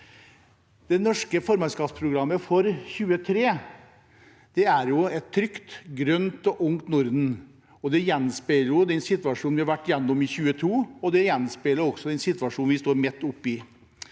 Det norske formannskapsprogrammet for 2023 er et trygt, grønt og ungt Norden. Det gjenspeiler den situasjonen vi har vært gjennom i 2022, og det gjenspeiler også den situasjonen vi står midt oppe i.